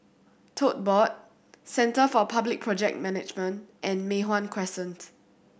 Tote Board Centre for Public Project Management and Mei Hwan Crescent